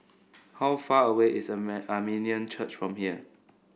how far away is Armenian Church from here